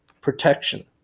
protection